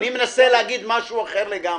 אני מנסה להגיד משהו אחר לגמרי.